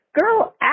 girl